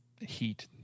heat